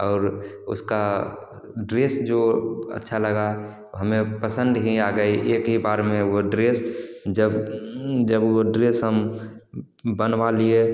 और उसका ड्रेस जो अच्छा लगा हमें पसंद ही आ गई एक ही बार में वह ड्रेस जब जब वह ड्रेस हम बनवा लिए